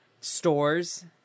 stores